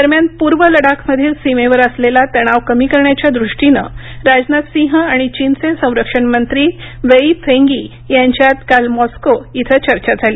दरम्यान पूर्व लडाखमधील सीमेवर असलेला तणाव कमी करण्याच्या दृष्टीनं राजनाथसिंह आणि चीनचे संरक्षण मंत्री वेई फेंघी यांच्यात काल मॉस्को इथं चर्चा झाली